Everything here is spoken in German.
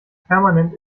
permanent